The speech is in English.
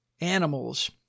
animals